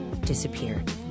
disappeared